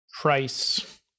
price